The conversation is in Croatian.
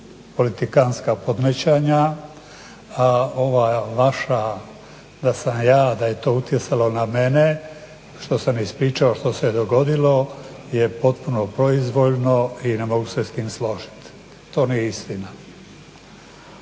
politikantska podmetanja, a ova vaša da sam ja, da je to utjecalo na mene što sam ispričao što se dogodilo jer potpuno proizvoljno i ne mogu se s tim složiti. To nije istina.